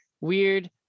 weird